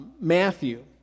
Matthew